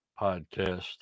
podcast